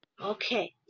Okay